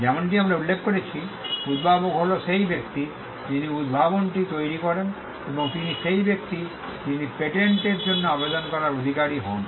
যেমনটি আমরা উল্লেখ করেছি উদ্ভাবক হল সেই ব্যক্তি যিনি উদ্ভাবনটি তৈরি করেন এবং তিনি সেই ব্যক্তি যিনি পেটেন্টের জন্য আবেদন করার অধিকারী হন